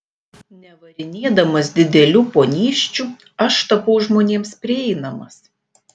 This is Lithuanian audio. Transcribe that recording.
nevarinėdamas didelių ponysčių aš tapau žmonėms prieinamas